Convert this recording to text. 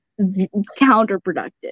counterproductive